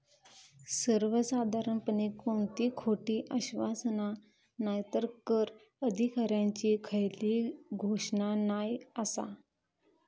सर्वसाधारणपणे कोणती खोटी आश्वासना नायतर कर अधिकाऱ्यांची खयली घोषणा नाय आसा